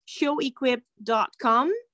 showequip.com